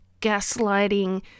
gaslighting